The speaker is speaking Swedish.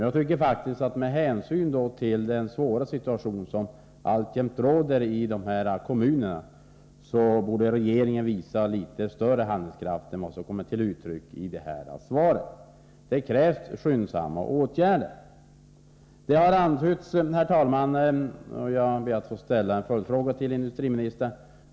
Jag tycker faktiskt att regeringen med tanke på den svåra situation som alltjämt råder i de här kommunerna borde visa litet större handlingskraft än vad som kommer till uttryck i detta svar. Det krävs skyndsamma åtgärder. Herr talman! Jag ber att få ställa en följdfråga till industriministern.